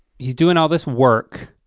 he's doing all this work